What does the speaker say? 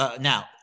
Now